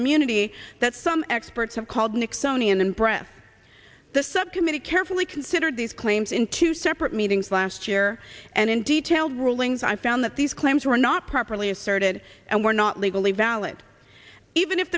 immunity that some experts have called nixonian and breath the subcommittee carefully considered these claims in two separate meetings last year and in detail rulings i found that these claims were not properly asserted and were not legally valid even if